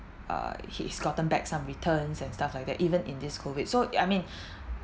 uh he's gotten back some returns and stuff like that even in this COVID so I mean